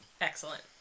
excellent